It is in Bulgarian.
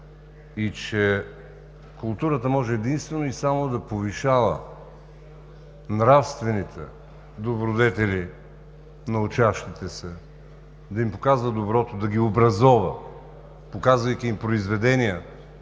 и че културата може единствено и само да повишава нравствените добродетели на учащите се, да им показва доброто, да ги образова, показвайки им произведения,